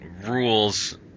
rules